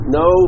no